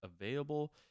available